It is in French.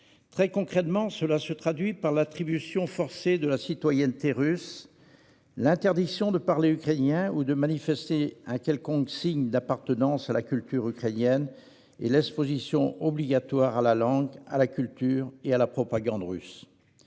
Très concrètement, cela se traduit par l'attribution forcée de la citoyenneté russe, l'interdiction de parler ukrainien ou de manifester un quelconque signe d'appartenance à la culture ukrainienne et l'exposition obligatoire à la langue, à la culture et à la propagande russes.